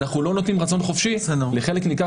אנחנו לא נותנים רצון חופשי לחלק ניכר